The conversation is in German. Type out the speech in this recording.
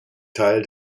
teil